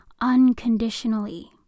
unconditionally